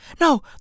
no